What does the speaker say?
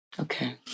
Okay